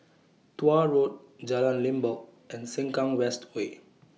Tuah Road Jalan Limbok and Sengkang West Way